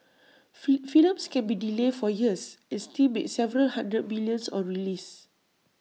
fee films can be delayed for years and still make several hundred millions on release